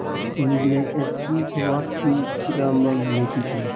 VDIS की शुरुआत P Chidambaram ने की थी